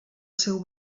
seu